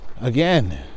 Again